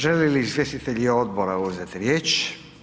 Želi li izvjestitelj odbora uzeti riječ?